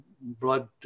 blood